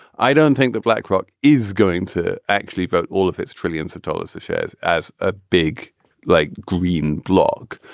i don't think the blackrock is going to actually vote all of its trillions of dollars of shares as a big like green blog.